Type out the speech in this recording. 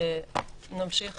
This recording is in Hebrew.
נמשיך